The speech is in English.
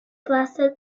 blasted